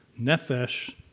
nefesh